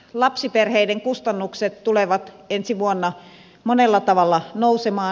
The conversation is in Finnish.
lapsiperheiden kustannukset tulevat ensi vuonna monella tavalla nousemaan